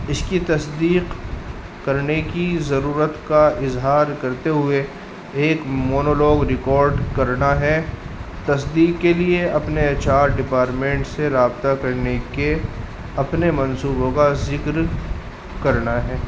اس کی تصدیق کرنے کی ضرورت کا اظہار کرتے ہوئے ایک مونولوگ ریکارڈ کرنا ہے تصدیق کے لیے اپنے ایچ آر ڈپارٹمنٹ سے رابطہ کرنے کے اپنے منصوبوں کا ذکر کرنا ہے